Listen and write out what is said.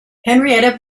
henrietta